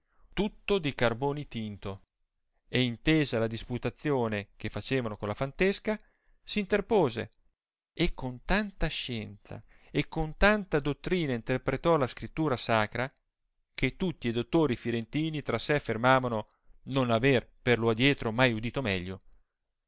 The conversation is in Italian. tutto di carboni tinto e intesa la disputazione che facevano con la fantesca s interpose e con tanta scienza e con tanta dottrina interpretò la scrittura sacra che tutti e dottori firentini tra se affermavano non avere per lo adietro mai udito meglio